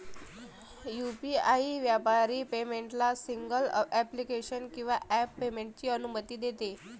UPI व्यापारी पेमेंटला single application किंवा ॲप पेमेंटची अनुमती देते